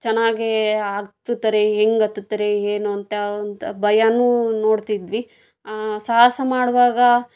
ಚೆನ್ನಾಗೇ ಹತ್ತುತ್ತರೆ ಹೆಂಗ್ ಹತ್ತುತ್ತರೆ ಏನು ಅಂತ ಅಂತ ಭಯನೂ ನೋಡ್ತಿದ್ವಿ ಸಾಹಸ ಮಾಡೋವಾಗ